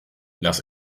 las